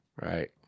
right